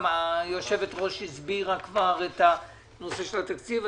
היושבת-ראש הסבירה כבר את נושא התקציב.